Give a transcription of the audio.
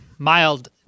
Mild